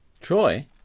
Troy